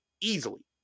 easily